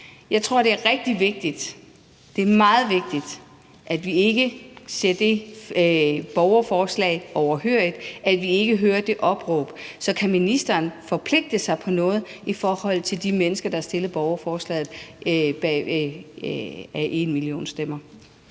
Jeg tror, det er rigtig vigtigt, meget vigtigt, at vi ikke sidder det borgerforslag overhørig, altså at vi hører det opråb. Så kan ministeren forpligte sig på noget i forhold til de mennesker, der har stillet borgerforslaget, #enmillionstemmer?